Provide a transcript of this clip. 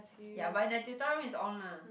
ya but in the tutorial room is on lah